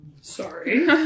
Sorry